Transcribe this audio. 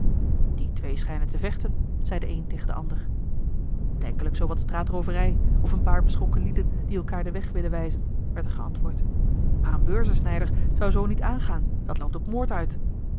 die twee schijnen te vechten zeî de een tegen den ander denkelijk zoo wat straatrooverij of een paar beschonken lieden die elkaâr den weg willen wijzen werd er geantwoord maar een beurzensnijder zou zoo niet aangaan dat loopt op moord uit